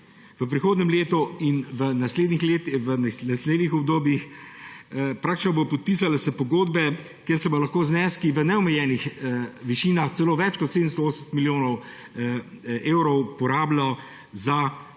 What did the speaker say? V prihodnjem letu in v naslednjih obdobjih se bodo praktično podpisale pogodbe, ko se bodo lahko zneski v neomejenih višinah, celo več kot 780 milijonov evrov, uporabljali za